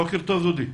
בוקר טוב, דודי.